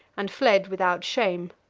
and fled without shame.